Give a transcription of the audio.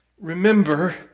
Remember